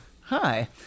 Hi